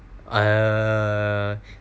er